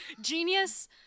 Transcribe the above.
Genius